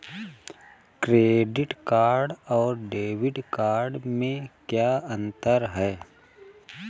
Credit card और debit card में क्या अंतर है?